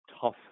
tough